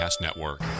Network